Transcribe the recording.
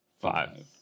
Five